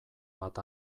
bat